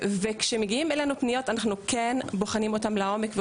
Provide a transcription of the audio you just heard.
וכשמגיעים אלינו פניות אנחנו כן בוחנים אותם לעומק.